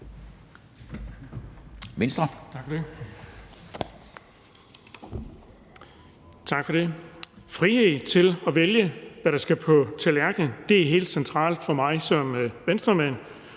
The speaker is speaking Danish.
Tak for det. Frihed til at vælge, hvad der skal på tallerkenen, er helt centralt for mig som Venstremand,